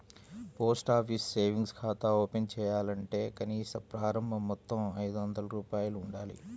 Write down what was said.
post office savings ఖాతా open చేయాలంటే కనీస ప్రారంభ మొత్తం ఐదొందల రూపాయలు ఉండాలి